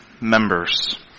Members